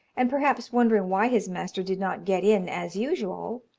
and perhaps wondering why his master did not get in as usual,